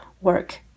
work